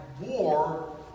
war